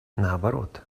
наоборот